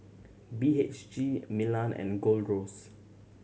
B H G Milan and Gold Roast